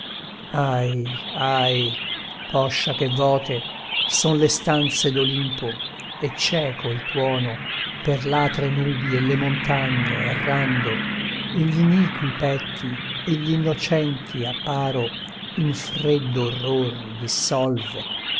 ahi ahi poscia che vote son le stanze d'olimpo e cieco il tuono per l'atre nubi e le montagne errando gl'iniqui petti e gl'innocenti a paro in freddo orror dissolve e